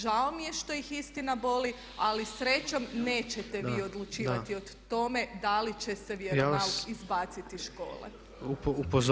Žao mi je što ih istina boli, ali srećom nećete vi odlučivati o tome da li će se vjeronauk izbaciti iz škole.